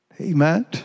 Amen